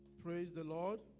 praise the lord